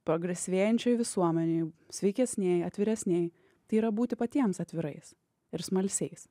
progresyvėjančioj visuomenėj sveikesnėj atviresnėj tai yra būti patiems atvirais ir smalsiais